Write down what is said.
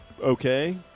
okay